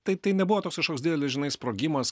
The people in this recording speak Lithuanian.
tai tai nebuvo toks kažkoks didelis žinai sprogimas